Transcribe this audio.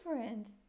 different